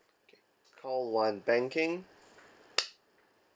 call one banking